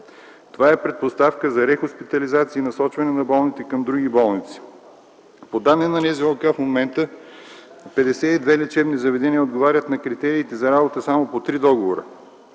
Това е предпоставка за рехоспитализация и насочване на болните към други болници. По данни на НЗОК в момента 52 лечебни заведения отговарят на критериите за работа само по 3 договора